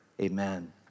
amen